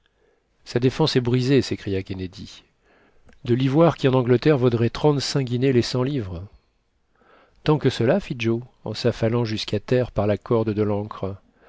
sa défense est brisée s'écria kennedy de l'ivoire qui en angleterre vaudrait trente-cinq guinées les demi livres tant que cela fit joe en s'affalant jusqu'à terre par la corde de l'ancre